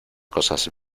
cosas